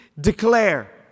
declare